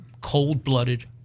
cold-blooded